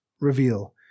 reveal